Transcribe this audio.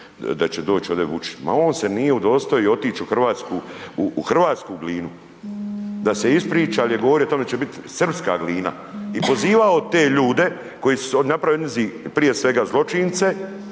da će doć ovdje Vučić. Ma on se nije udostojio otić u hrvatsku Glinu da se ispriča jer je govorio tamo će bit srpska Glina i pozivao te ljude koji su napravili od njizi prije svega zločince,